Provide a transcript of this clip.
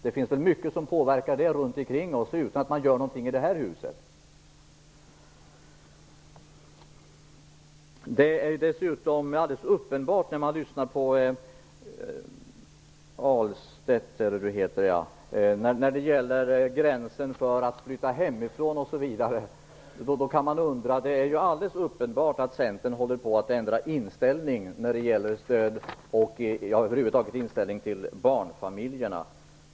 Det finns mycket runt omkring oss som påverkar utan att något görs i det här huset. När man lyssnar på Rigmor Ahlstedt framstår det som alldeles uppenbart att Centern, t.ex. när det gäller gränsen för detta med att flytta hemifrån, håller på att ändra inställning till stöd och över huvud taget till barnfamiljerna.